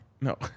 No